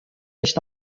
nicht